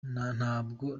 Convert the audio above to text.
ntabwo